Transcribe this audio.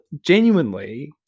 genuinely